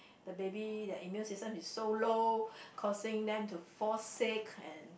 the baby their immune system is so low causing them to fall sick and